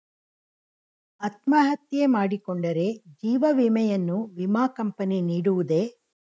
ಅತ್ಮಹತ್ಯೆ ಮಾಡಿಕೊಂಡರೆ ಜೀವ ವಿಮೆಯನ್ನು ವಿಮಾ ಕಂಪನಿ ನೀಡುವುದೇ?